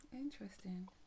Interesting